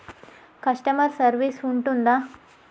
Customer service ఉంటుందా?